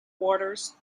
waters